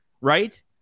right